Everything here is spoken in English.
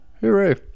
hooray